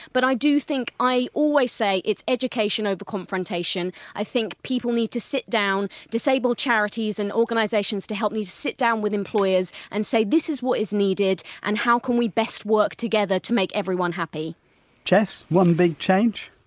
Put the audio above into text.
but i do think i always say it's education over confrontation, i think people need to sit down, disabled charities and organisations, to help sit down with employers and say this is what is needed and how can we best work together to make everyone happy jess, one big change?